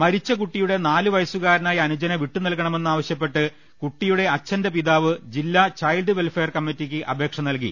മരിച്ച കുട്ടിയുടെ നാലുവയസ്സുകാരനായ അ നുജനെ വിട്ടുനൽകണമെന്ന് ആവശ്യപ്പെട്ട് കുട്ടിയുടെ അച്ഛന്റെ പിതാവ് ജില്ലാ ചൈൽഡ് വെൽഫെയർ കമ്മിറ്റിക്ക് അപേക്ഷ നൽ കി